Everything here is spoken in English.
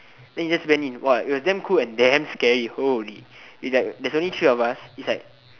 then you just went it !wah! it was damn cool and damn scary holy it's like there's only three of us it's like